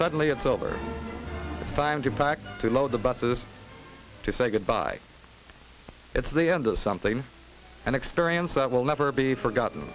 suddenly it's over time to pack to load the buses to say goodbye it's the end of something an experience that will never be forgotten